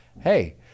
hey